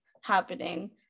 happening